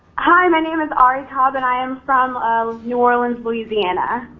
hi my name is ari cobb and i am from um new orleans, louisiana.